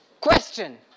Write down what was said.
Question